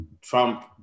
Trump